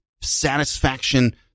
satisfaction